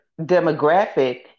demographic